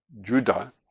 Judah